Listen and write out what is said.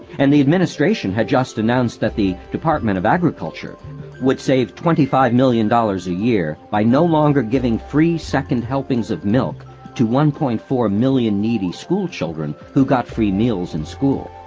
and the administration had just announced that the department of agriculture would save twenty five million dollars a year by no longer giving free second helpings of milk to one point four million needy schoolchildren who got free meals in school.